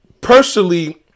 personally